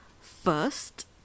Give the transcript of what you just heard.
first